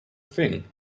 thing